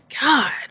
God